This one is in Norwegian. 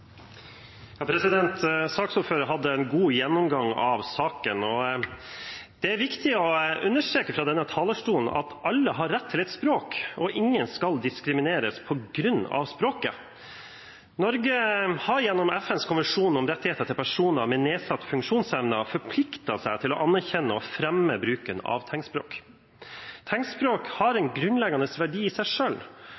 hadde en god gjennomgang av saken. Det er viktig å understreke fra denne talerstolen at alle har rett til et språk, og ingen skal diskrimineres på grunn av språket. Norge har gjennom FNs konvensjon om rettighetene til personer med nedsatt funksjonsevne forpliktet seg til å anerkjenne og fremme bruken av tegnspråk. Tegnspråk har en